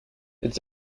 it’s